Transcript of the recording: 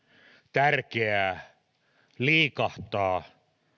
tärkeää liikahtaa